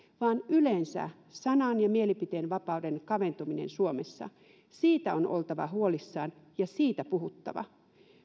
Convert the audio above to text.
vaan yleensä sanan ja mielipiteenvapauden kaventuminen suomessa siitä on oltava huolissaan ja siitä puhuttava